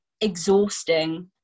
exhausting